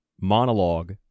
monologue